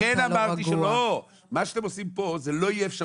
אתם אומרים שלא תהיה לשר אפשרות,